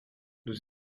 nous